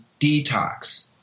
detox